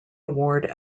award